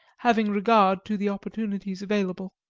having regard to the opportunities available.